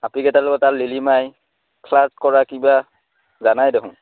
আপিকেইটাৰ তাৰ লিলিমাই ফ্লাৰ্ট কৰা কিবা জানাই দেখোন